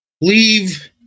Leave